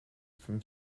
from